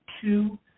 two